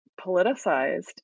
politicized